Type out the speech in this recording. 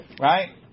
right